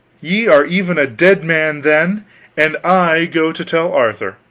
ye are even a dead man, then and i go to tell arthur.